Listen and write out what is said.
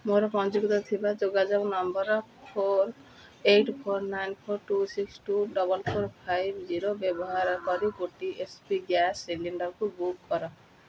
ମୋର ପଞ୍ଜୀକୃତ ଥିବା ଯୋଗାଯୋଗ number four eight four nine four two six two double four five zero ବ୍ୟବହାର କରି ଗୋଟିଏ ଏଚ୍ ପି ଗ୍ୟାସ୍ ସିଲିଣ୍ଡରକୁ ବୁକ୍ କର